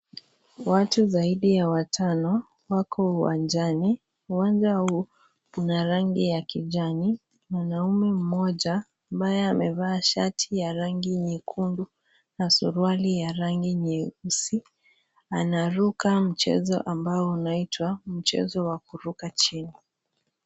Watu zaidi ya watano wako uwanjani. Uwanja huu una rangi ya kijani. Mwanaume mmoja ambaye amevaa shati ya rangi nyekundu na suruali ya rangi nyeusi anaruka mchezo ambao unaitwa mchezo wa kuruka chini.